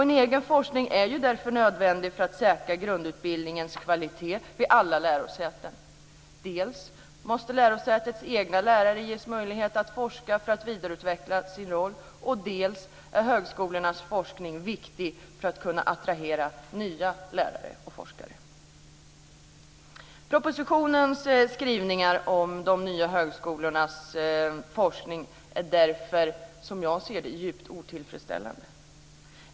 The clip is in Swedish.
En egen forskning är därför nödvändig för att säkra grundutbildningens kvalitet vid alla lärosäten. Dels måste lärosätets egna lärare ges möjlighet att forska för att vidareutveckla sin roll, dels är högskolornas forskning viktig för att kunna attrahera nya lärare och forskare. Propositionens skrivningar om de nya högskolornas forskning är därför, som jag ser det, djupt otillfredsställande.